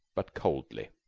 but coldly.